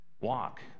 Walk